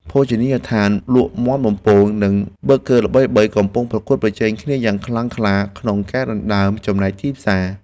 ភោជនីយដ្ឋានលក់មាន់បំពង និងប៊ឺហ្គឺល្បីៗកំពុងប្រកួតប្រជែងគ្នាយ៉ាងខ្លាំងក្លាក្នុងការដណ្តើមចំណែកទីផ្សារ។